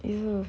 you know